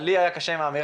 היה לי קשה עם האמירה.